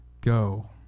Go